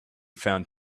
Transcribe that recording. found